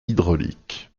hydraulique